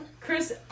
Chris